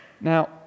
Now